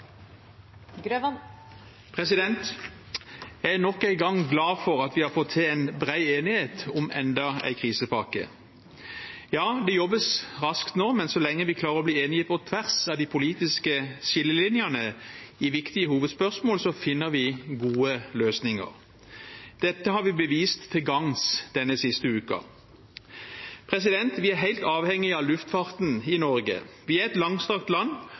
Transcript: for framtiden. Jeg er nok en gang glad for at vi har fått til en bred enighet om enda en krisepakke. Det jobbes raskt nå, men så lenge vi klarer å bli enige på tvers av de politiske skillelinjene i viktige hovedspørsmål, finner vi gode løsninger. Dette har vi bevist til gagns den siste uken. Vi er helt avhengig av luftfarten i Norge. Vi er et langstrakt land